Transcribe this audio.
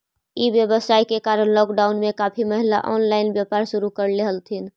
ई व्यवसाय के कारण लॉकडाउन में काफी महिला ऑनलाइन व्यापार शुरू करले हथिन